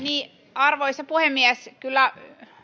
arvoisa puhemies kyllä